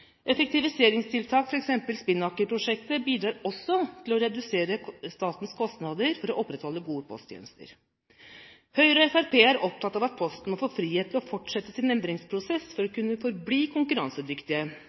Effektiviseringstiltak, f.eks. Spinnaker-prosjektet, bidrar også til å redusere statens kostnader for å opprettholde gode posttjenester. Høyre og Fremskrittspartiet er opptatt av at Posten må få frihet til å fortsette sin endringsprosess for å